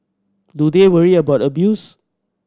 do they worry about abuse